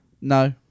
No